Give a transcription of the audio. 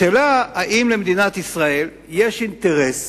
השאלה היא, האם למדינת ישראל יש אינטרס